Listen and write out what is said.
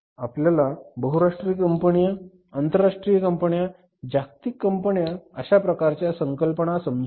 आपल्याला बहुराष्ट्रीय कंपन्या आंतरराष्ट्रीय कंपन्या जागतिक कंपन्या अशा प्रकारच्या संकल्पना समजू लागल्या